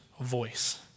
voice